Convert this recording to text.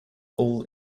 all